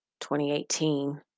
2018